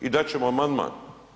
I dat ćemo amandman.